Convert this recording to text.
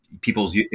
people's